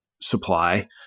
supply